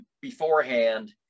beforehand